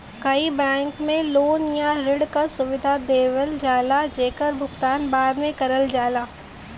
कई बैंक में लोन या ऋण क सुविधा देवल जाला जेकर भुगतान बाद में करल जाला